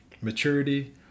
maturity